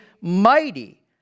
mighty